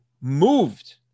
moved